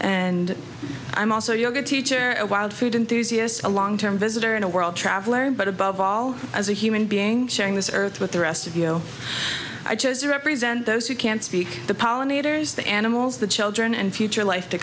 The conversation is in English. and i'm also yoga teacher and wild food enthusiastic a long term visitor and a world traveler but above all as a human being sharing this earth with the rest of you i chose to represent those who can speak the pollinators the animals the children and future life to